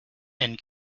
and